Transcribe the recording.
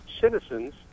citizens